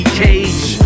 cage